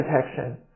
Protection